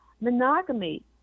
Monogamy